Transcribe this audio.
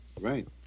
right